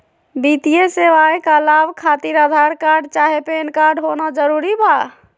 वित्तीय सेवाएं का लाभ खातिर आधार कार्ड चाहे पैन कार्ड होना जरूरी बा?